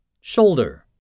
Shoulder